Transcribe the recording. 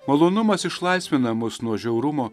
malonumas išlaisvina mus nuo žiaurumo